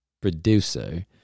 producer